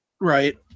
Right